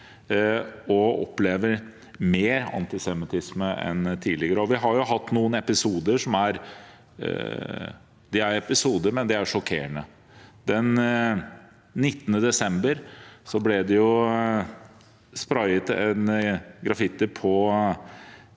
og mer antisemittisme enn tidligere. Vi har hatt noen episoder som er sjokkerende. Den 19. desember ble det sprayet en graffiti på